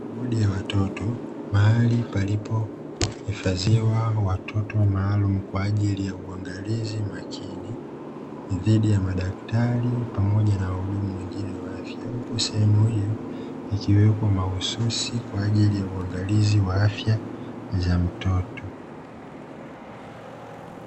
Wodi ya watoto, mahali palipo hifadhiwa watoto maalumu kwa ajili ya uangalizi makini dhidi ya madaktari pamoja na wahudumu wengine wa afya, huku sehemu hiyo ikiwekwa mahususi kwa ajili ya uangalizi wa afya za mtoto.